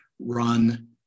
run